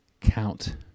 count